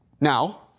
Now